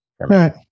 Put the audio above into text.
Right